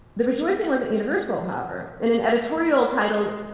the rejoicing wasn't universal however. in an editorial titled,